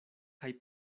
kaj